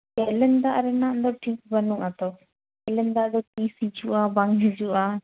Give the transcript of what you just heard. canal ᱫᱟᱜ ᱨᱮᱱᱟᱜ ᱫᱚ ᱴᱷᱤᱠ ᱵᱟᱹᱱᱩᱼᱟ ᱛᱚ ᱠᱮᱱᱮᱞ ᱫᱟᱜ ᱫᱚ ᱛᱤᱥ ᱦᱤᱡᱩᱜᱼᱟ ᱵᱟᱝ ᱦᱤᱡᱩᱜᱼᱟ